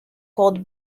called